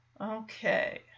Okay